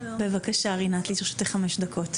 בבקשה רינת, לרשותך כחמש דקות.